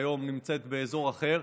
והיום היא נמצאת באזור אחר.